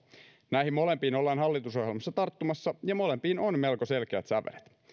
näihin molempiin ollaan hallitusohjelmassa tarttumassa ja molempiin on melko selkeät sävelet